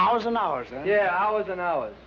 hours and hours and hours and hours